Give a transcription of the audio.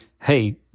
hey